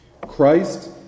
Christ